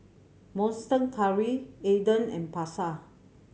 Monster Curry Aden and Pasar